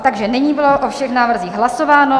Takže nyní bylo o všech návrzích hlasováno.